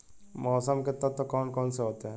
मौसम के तत्व कौन कौन से होते हैं?